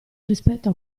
rispetto